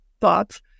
thoughts